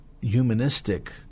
Humanistic